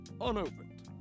Unopened